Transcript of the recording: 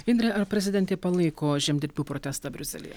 indre ar prezidentė palaiko žemdirbių protestą briuselyje